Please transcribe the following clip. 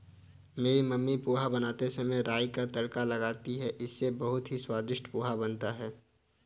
मेरी मम्मी पोहा बनाते समय राई का तड़का लगाती हैं इससे बहुत ही स्वादिष्ट पोहा बनता है